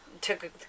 took